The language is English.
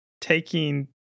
taking